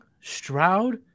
Stroud